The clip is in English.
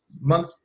month